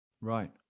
right